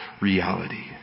reality